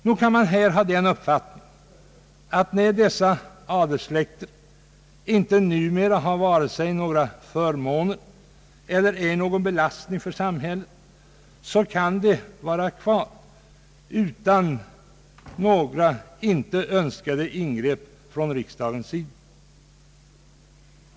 Nog kan man här ha den uppfattningen att när dessa adelssläkter numera inte har några förmåner eller är någon belastning för samhället, så kan de vara kvar utan några inte önskade ingrepp från riksdagens eller regeringens sida.